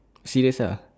serious uh